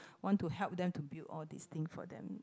want to help them to build all these thing for them